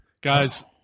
guys